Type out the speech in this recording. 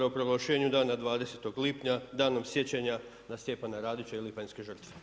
proglašenju dana 20. lipnja Danom sjećanja na Stjepana Radića i lipanjske žrtve.